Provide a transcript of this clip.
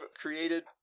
created